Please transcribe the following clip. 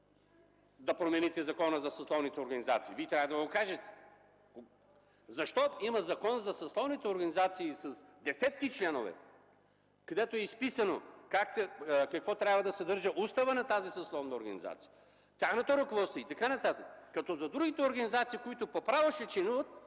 да промените Закона за съсловните организации? Вие трябва да я кажете. Защото има Закон за съсловните организации с десетки членове, където е изписано какво трябва да съдържа уставът на тази съсловна организация, тяхното ръководство и така нататък. За другите организации, които по право ще членуват,